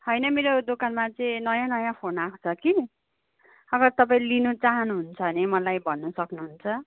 होइन मेरो दोकानमा चाहिँ नयाँ नयाँ फोन आएको छ कि अगर तपाईँ लिनु चाहनुहुन्छ भने मलाई भन्नु सक्नुहुन्छ